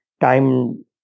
time